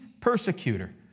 persecutor